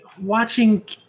watching